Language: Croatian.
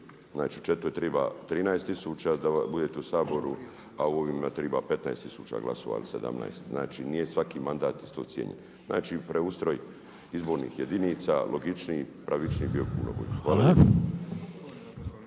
Znači u 4. treba 13 tisuća da budete u Saboru, a u ovima treba 15 tisuća glasova ili 17. Znači nije svaki mandat isto cijenjen. Znači preustroj izbornih jedinica, logičniji, pravičniji bi bio puno bolje.